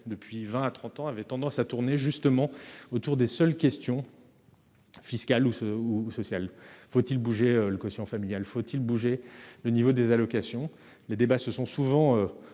depuis 20 à 30 ans avaient tendance à tourner justement autour des seules questions fiscales ou se ou faut-il bouger le quotient familial : Faut-il bouger le niveau des allocations, les débats se sont souvent